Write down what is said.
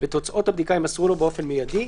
ותוצאות הבדיקה יימסרו לו באופן מיידי: